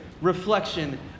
reflection